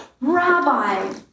rabbi